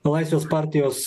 laisvės partijos